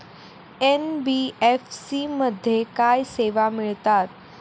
NBFC मध्ये काय सेवा मिळतात?